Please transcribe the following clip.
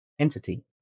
entity